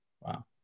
wow